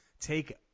take